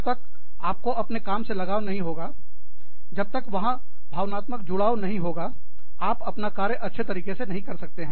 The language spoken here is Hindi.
जब तक आपको अपने कार्य से लगाव नहीं होगा जब तक वहां भावनात्मक जुड़ाव नहीं होगा आप अपना कार्य अच्छे तरीके से नहीं कर सकते हैं